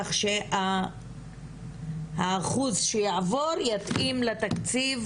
כך שהאחוז שיעבור יתאים לתקציב